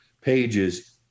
pages